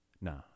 No